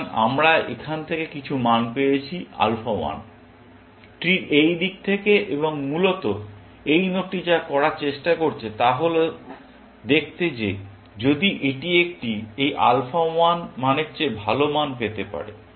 সুতরাং আমরা এখান থেকে কিছু মান পেয়েছি আলফা 1 ট্রির এই দিক থেকে এবং মূলত এই নোডটি যা করার চেষ্টা করছে তা হল দেখতে যে যদি এটি একটি এই আলফা 1 মানের চেয়ে ভাল মান পেতে পারে